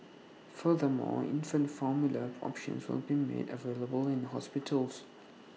further more infant formula options will be made available in hospitals